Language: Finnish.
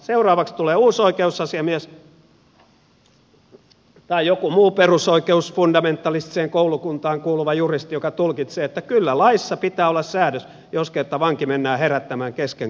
seuraavaksi tulee uusi oikeusasiamies tai joku muu perusoikeusfundamentalistiseen koulukuntaan kuuluva juristi joka tulkitsee että kyllä laissa pitää olla säädös jos kerta vanki mennään herättämään kesken kauniiden unien